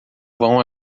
vão